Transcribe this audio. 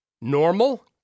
normal